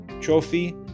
trophy